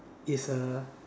it's a